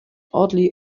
oddly